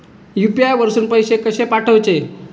UPI वरसून पैसे कसे पाठवचे?